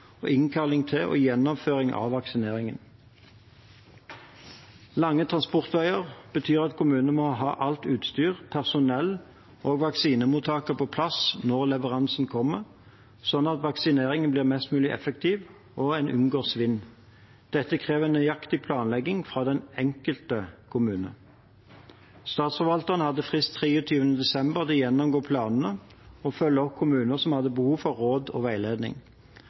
og innkalling til og gjennomføring av vaksineringen. Lange transportveier betyr at kommunene må ha alt utstyr, personell og vaksinemottakere på plass når leveransen kommer, slik at vaksineringen blir mest mulig effektiv og man unngår svinn. Dette krever nøyaktig planlegging fra den enkelte kommune. Statsforvalteren hadde frist 23. desember til å gjennomgå planene og følge opp kommuner som hadde behov for råd og veiledning.